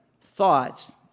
thoughts